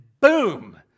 boom